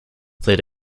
played